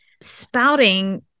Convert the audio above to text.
spouting